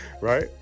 right